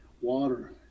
water